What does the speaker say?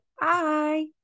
Bye